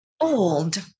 old